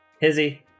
Hizzy